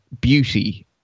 beauty